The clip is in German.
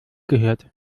gehört